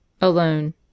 Alone